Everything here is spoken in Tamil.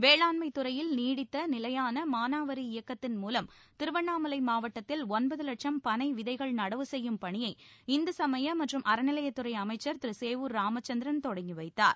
வேளாண்மைத் துறையில் நீடித்த நிலையான மானாவரி இயக்கத்தின் மூலம் திருவன்ணாமலை மாவட்டத்தில் ஒன்பது வட்சம் பனை விதைகள் நடவு செய்யும் பணியை இந்து சமய மற்றும் அறநிலையத்துறை அமைச்சர் திரு சேவூர் ராமச்சந்திரன் தொடங்கி வைத்தார்